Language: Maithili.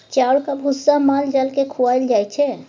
चाउरक भुस्सा माल जाल केँ खुआएल जाइ छै